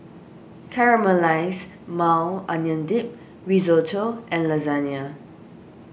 Caramelized Maui Onion Dip Risotto and Lasagne